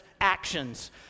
actions